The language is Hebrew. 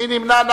מי נמנע?